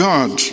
God